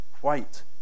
White